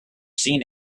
seen